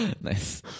nice